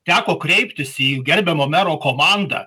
teko kreiptis į gerbiamo mero komandą